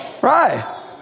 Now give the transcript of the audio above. Right